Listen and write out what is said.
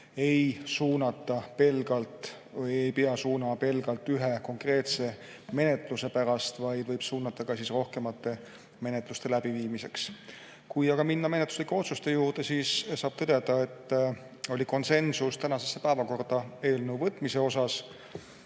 [teise kohtusse] pelgalt ühe konkreetse menetluse pärast, vaid teda võib sinna suunata rohkemate menetluste läbiviimiseks. Kui aga minna menetluslike otsuste juurde, siis saab tõdeda, et oli konsensus eelnõu tänasesse päevakorda võtmise osas.